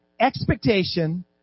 Expectation